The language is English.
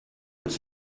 would